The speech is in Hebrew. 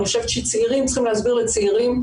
ואני חושבת שצעירים להסביר לצעירים,